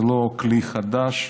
זה לא כלי חדש.